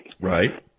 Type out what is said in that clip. Right